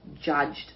judged